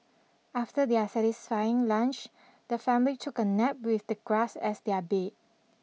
after their satisfying lunch the family took a nap with the grass as their bed